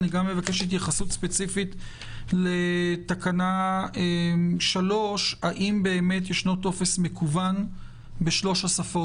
אני גם אבקש התייחסות ספציפית לתקנה 3. האם באמת ישנו טופס מקוון בשלוש השפות?